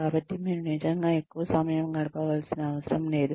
కాబట్టి మీరు నిజంగా ఎక్కువ సమయం గడపవలసిన అవసరం లేదు